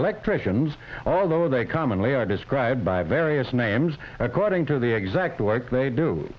electricians although they commonly are described by various names according to the exact work they do